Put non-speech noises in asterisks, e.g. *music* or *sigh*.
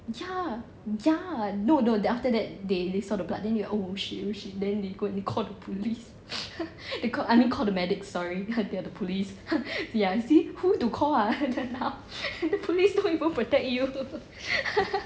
ya ya no no then after that they saw the blood then they like oh shit oh shit then they call the police *laughs* I mean call the medics sorry they are the police ya see who to call ah then how the police don't even protect you